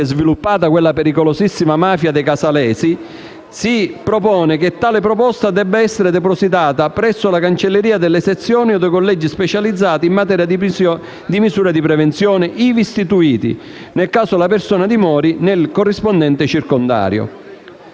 sviluppata la pericolosissima mafia dei Casalesi), la Commissione ha previsto che tale proposta debba essere depositata presso la cancelleria delle sezioni o dei collegi specializzati in materia di misure di prevenzione ivi istituiti, nel caso in cui la persona dimori nel corrispondente circondario.